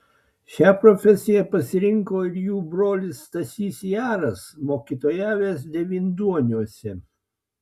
šią profesiją pasirinko ir jų brolis stasys jaras mokytojavęs devynduoniuose